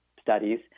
studies